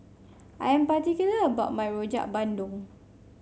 I am particular about my Rojak Bandung